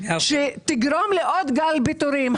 שתגרום לעוד גל פיטורים.